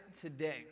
today